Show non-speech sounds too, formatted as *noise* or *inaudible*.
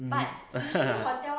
mm *laughs*